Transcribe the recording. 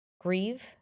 grieve